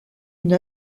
une